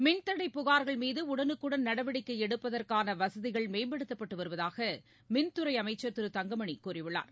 மின்கடை புகார்கள் மீதுடடவுக்குடன் நடவடிக்கைஎடுப்பதற்கானவசதிகள் மேம்படுத்தப்பட்டுவருவதாகமின்துறைஅமைச்சர் திரு தங்கமணிகூறியுள்ளார்